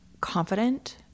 confident